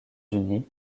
unis